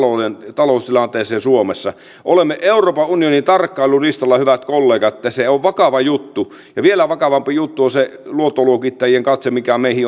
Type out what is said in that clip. taloustilanteeseen suomessa olemme euroopan unionin tarkkailulistalla hyvät kollegat se on vakava juttu ja vielä vakavampi juttu on se luottoluokittajien katse mikä meihin